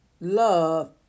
love